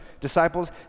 disciples